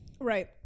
Right